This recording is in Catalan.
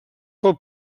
pel